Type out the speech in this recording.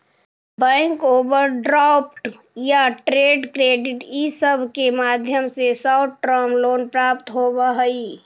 bank overdraft या trade credit इ सब के माध्यम से शॉर्ट टर्म लोन प्राप्त होवऽ हई